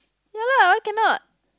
ya lah why cannot